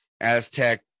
Aztec